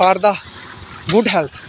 for the good health